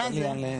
מה זה?